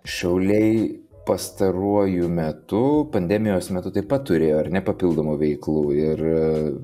šauliai pastaruoju metu pandemijos metu taip pat turėjo ar ne papildomų veiklų ir